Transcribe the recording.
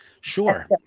Sure